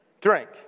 drink